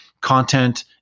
content